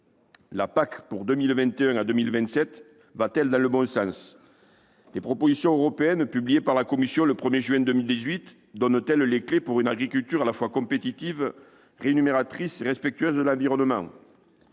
La PAC pour 2021 à 2027 va-t-elle dans le bon sens ? Les propositions européennes, publiées par la Commission le 1 juin 2018, donnent-elles les clefs pour une agriculture à la fois compétitive, rémunératrice et respectueuse de l'environnement ?